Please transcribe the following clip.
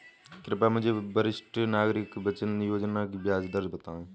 कृपया मुझे वरिष्ठ नागरिक बचत योजना की ब्याज दर बताएं